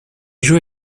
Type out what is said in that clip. joue